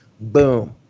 boom